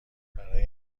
برای